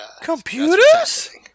Computers